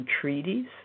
treaties